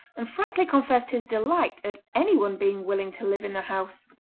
and frankly confessed his delight at anyone being willing to live in the house.